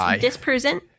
disproven